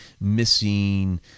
missing